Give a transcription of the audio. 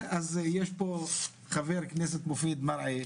אז יש פה חבר כנסת מופיד מרעי,